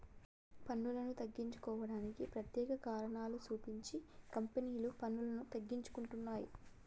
పన్నులను తగ్గించుకోవడానికి ప్రత్యేక కారణాలు సూపించి కంపెనీలు పన్నులను తగ్గించుకుంటున్నయ్